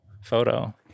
photo